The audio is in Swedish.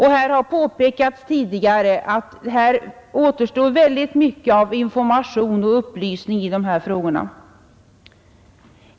Här har påpekats tidigare att det finns ett stort behov av information och upplysning i dessa frågor.